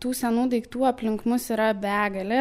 tų senų daiktų aplink mus yra begalė